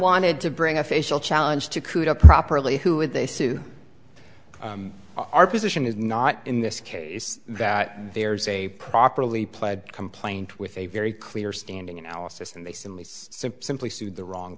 wanted to bring a facial challenge to cool it up properly who would they sue our position is not in this case that there's a properly pled complaint with a very clear standing analysis and they simply simply sued the wrong